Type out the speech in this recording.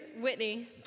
Whitney